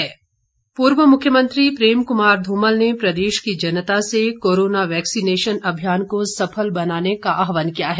धूमल पूर्व मुख्यमंत्री प्रेम कुमार धूमल ने प्रदेश की जनता से कोरोना वैक्सीनेशन अभियान को सफल बनाने का आहवान किया है